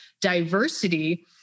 diversity